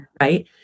Right